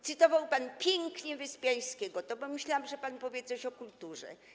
Cytował pan pięknie Wyspiańskiego, to pomyślałam, że pan powie coś o kulturze.